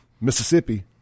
Mississippi